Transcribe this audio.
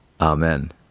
Amen